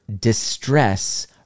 distress